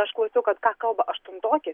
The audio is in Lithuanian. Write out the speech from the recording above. aš klausiau kad ką kalba aštuntokė